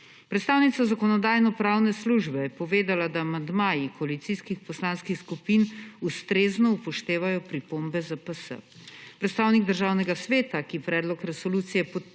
Predstavnica Zakonodajno-pravne službe je povedala, da amandmaji koalicijskih poslanskih skupin ustrezno upoštevajo pripombe ZPS. Predstavnik Državnega sveta, ki predlog resolucije